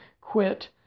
quit